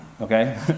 okay